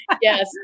Yes